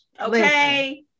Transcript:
Okay